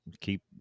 keep